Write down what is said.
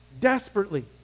desperately